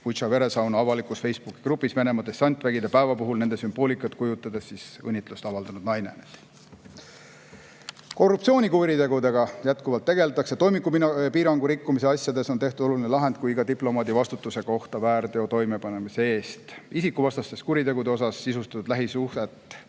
Butša veresauna avalikus Facebooki grupis Venemaa dessantväe päeva puhul nende sümboolikat kujutades õnnitluse avaldanud naine. Korruptsioonikuritegudega tegeldakse jätkuvalt. Toimingupiirangu rikkumise asjades on tehtud oluline lahend, samuti diplomaadi vastutuse kohta väärteo toimepanemise eest. Isikuvastaste kuritegude asjas on sisustatud lähisuhet,